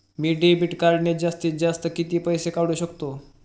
मी debit कार्डने जास्तीत जास्त किती पैसे काढू शकतो?